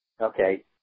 Okay